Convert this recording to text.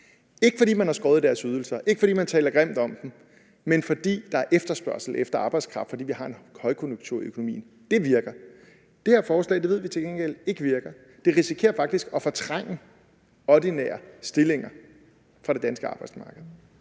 ikke fordi man har skåret deres ydelser, ikke fordi man taler grimt om dem, men fordi der er efterspørgsel efter arbejdskraft, fordi vi har en højkonjunktur i økonomien. Det virker. Det her forslag ved vi til gengæld ikke virker, det risikerer faktisk at fortrænge ordinære stillinger for det danske arbejdsmarked.